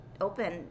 open